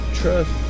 trust